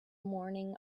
morning